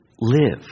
live